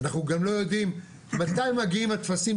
אנחנו גם לא יודעים מתי מגיעים הטפסים